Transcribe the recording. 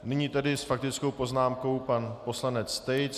Nyní tedy s faktickou poznámkou pan poslanec Tejc.